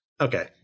Okay